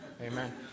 Amen